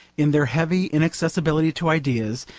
in their heavy inaccessibility to ideas,